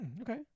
okay